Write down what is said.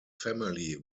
family